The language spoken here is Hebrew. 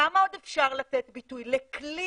כמה עוד אפשר לתת ביטוי לכלי